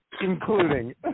including